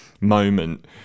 moment